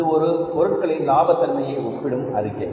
இது ஒரு பொருட்களின் லாப தன்மையை ஒப்பிடும் அறிக்கை